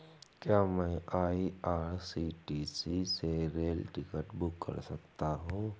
क्या मैं आई.आर.सी.टी.सी से रेल टिकट बुक कर सकता हूँ?